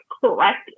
correct